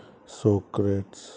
Socrates